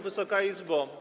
Wysoka Izbo!